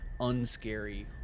unscary